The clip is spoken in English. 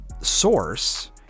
source